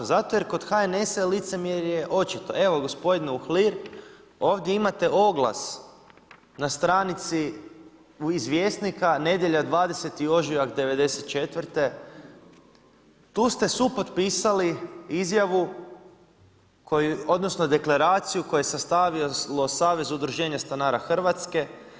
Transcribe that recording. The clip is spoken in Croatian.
Zato jer kod HNS-a je licemjerje očito, evo gospodine Uhlir, ovdje imate oglas na stranici iz Vjesnika, nedjelja, 20. ožujak '94., tu ste supotpisali izjavu odnosno deklaraciju koju je sastavilo Savez udruženja stanara Hrvatske.